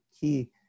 key